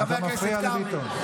חבר הכנסת קרעי,